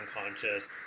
unconscious